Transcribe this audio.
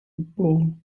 ball